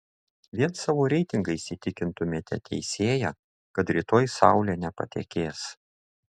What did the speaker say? vien savo reitingais įtikintumėte teisėją kad rytoj saulė nepatekės